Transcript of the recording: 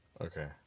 Okay